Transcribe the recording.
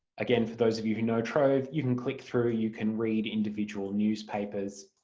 again for those of you who know trove you can click through, you can read individual newspapers,